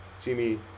jimmy